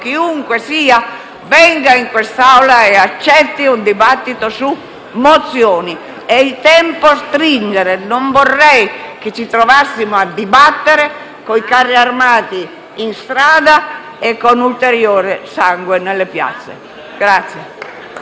venga in Aula e accetti un dibattito su mozioni. Il tempo stringe e non vorrei che ci trovassimo a dibattere coi carri armati in strada e con ulteriore sangue nelle piazze.